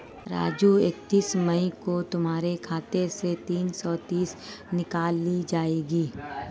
राजू इकतीस मई को तुम्हारे खाते से तीन सौ तीस निकाल ली जाएगी